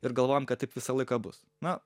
ir galvojam kad taip visą laiką bus na